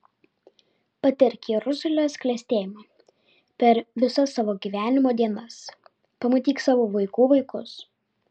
patirk jeruzalės klestėjimą per visas savo gyvenimo dienas pamatyk savo vaikų vaikus